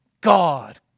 God